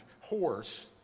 horse